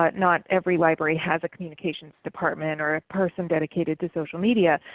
but not every library has a communications department or a person dedicated to social media.